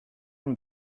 and